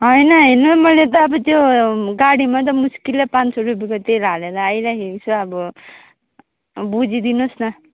होइन हेर्नु है मैले त अब त्यो गाडीमा त मुस्किलले पाँच सौ रुपियाँको तेल हालेर आइरहेको छु अब बुझिदिनु होस् न